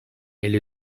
elli